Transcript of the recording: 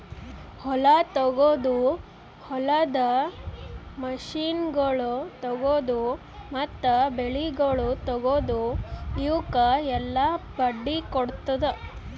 ಹೊಲ ತೊಗೊದು, ಹೊಲದ ಮಷೀನಗೊಳ್ ತೊಗೊದು, ಮತ್ತ ಬೆಳಿಗೊಳ್ ತೊಗೊದು, ಇವುಕ್ ಎಲ್ಲಾ ಬಡ್ಡಿ ಕೊಡ್ತುದ್